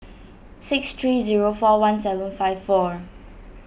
six three zero four one seven five four